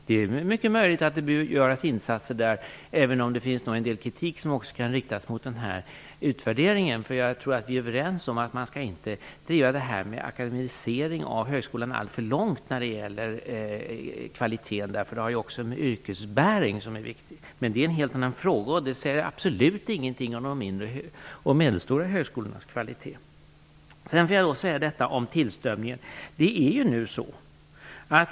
Det är mycket möjligt att det behöver göras insatser där, även om det nog också finns en del kritik att rikta mot utvärderingen. Vi är nog överens om att man inte skall driva detta med akademiseringen av högskolan alltför långt när det gäller kvaliteten. Det har ju också med yrkesbäringen, som är viktig, att göra. Det är dock en helt annan fråga. Det säger absolut ingenting om de mindre och medelstora högskolornas kvalitet. Sedan vill jag säga något om detta med tillströmningen.